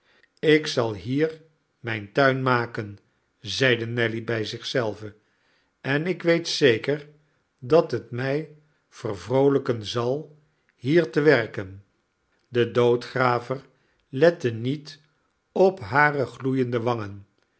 ik zal hier mijn tuin maken zeide nelly bij zich zelve en ik weet zeker dat het mij vervroolijken zal hier te werken de doodgraver lette niet op hare gloeiende wangen